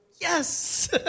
yes